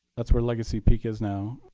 that's where legacy peak is now,